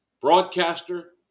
broadcaster